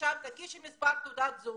לשם ואז מבקשים להקיש מספר תעודת זהות,